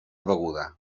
beguda